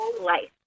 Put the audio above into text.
life